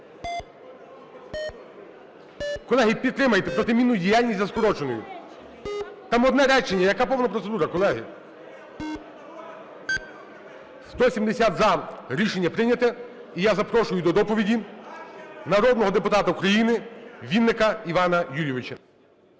Колеги, підтримайте протимінну діяльність за скороченою. Там одне речення, яка повна процедура, колеги. 11:25:34 За-170 Рішення прийнято. І я запрошую до доповіді народного депутата України Вінника Івана Юлійовича.